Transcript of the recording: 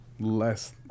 Less